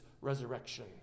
resurrection